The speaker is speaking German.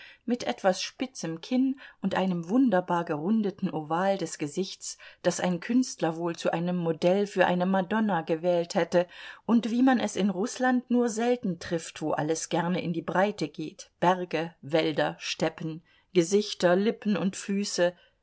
mit etwas spitzem kinn und einem wunderbar gerundeten oval des gesichts das ein künstler wohl zu einem modell für eine madonna gewählt hätte und wie man es in rußland nur selten trifft wo alles gerne in die breite geht berge wälder steppen gesichter lippen und füße